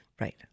Right